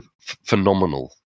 phenomenal